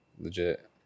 legit